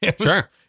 Sure